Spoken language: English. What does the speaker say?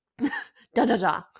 Da-da-da